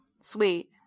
sweet